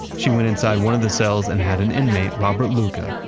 she went inside one of the cells and had an inmate, robert luca,